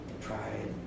pride